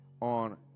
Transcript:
on